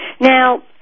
Now